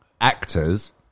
actors